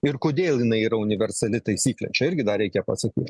ir kodėl jinai yra universali taisyklė čia irgi dar reikia pasakyti